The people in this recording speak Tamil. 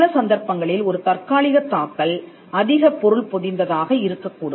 சில சந்தர்ப்பங்களில் ஒரு தற்காலிகத் தாக்கல் அதிக பொருள் பொதிந்ததாக இருக்கக் கூடும்